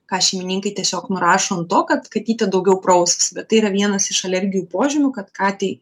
ką šeimininkai tiesiog nurašo ant to kad katytė daugiau prausiasi bet tai yra vienas iš alergijų požymių kad katei